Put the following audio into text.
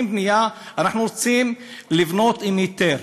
אנחנו רוצים בנייה, אנחנו רוצים לבנות עם היתר.